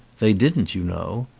they didn't, you know.